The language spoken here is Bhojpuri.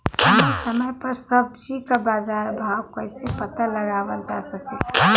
समय समय समय पर सब्जी क बाजार भाव कइसे पता लगावल जा सकेला?